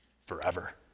forever